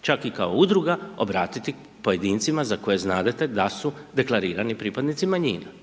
čak i kao udruga, obratiti pojedincima za koje znadete da su deklarirani pripadnici manjina.